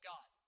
God